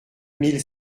mille